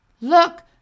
Look